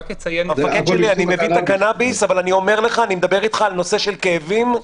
אני מדבר איתך על נושא של כאבים,